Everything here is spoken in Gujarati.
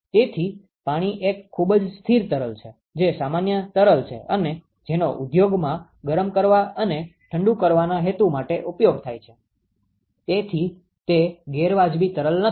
તેથી પાણી એક ખૂબ જ સ્થિર તરલ છે જે સામાન્ય તરલ છે અને જેનો ઉદ્યોગમાં ગરમ કરવા અને ઠંડુ કરવાના હેતુ માટે ઉપયોગ થાય છે તેથી તે ગેરવાજબી તરલ નથી